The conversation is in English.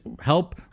help